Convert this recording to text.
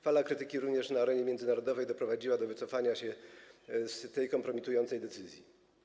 Fala krytyki, również na arenie międzynarodowej, doprowadziła do wycofania się z tej kompromitującej decyzji.